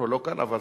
עבודה